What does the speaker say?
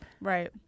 Right